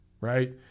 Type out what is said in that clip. right